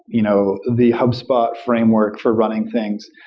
you know the hubspot framework for running things.